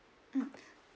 mm